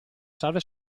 serve